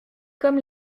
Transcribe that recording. comme